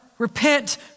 Repent